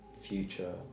future